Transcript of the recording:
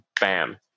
bam